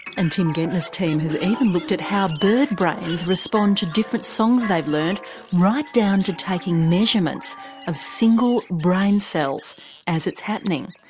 and tim gentner's team has even looked at how bird brains respond to different songs they've learned right down to taking measurements of single brain cells as it's happening.